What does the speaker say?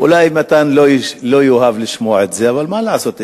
אולי מתן לא יאהב לשמוע את זה אבל מה לעשות,